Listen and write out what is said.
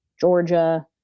Georgia